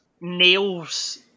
nails